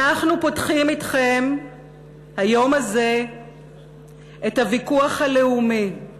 אנחנו פותחים אתכם היום הזה את הוויכוח הלאומי,